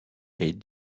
est